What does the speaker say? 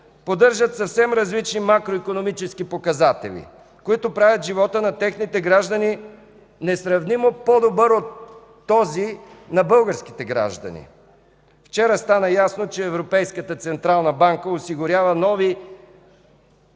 поддържат съвсем различни макроикономически показатели, които правят живота на техните граждани несравнимо по-добър от този на българските граждани. Вчера стана ясно, че Европейската централна банка осигурява нови